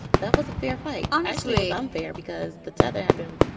that was a fair fight. honestly unfair because the tether had been